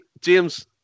James